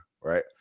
right